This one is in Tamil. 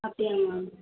அப்படியா மேம்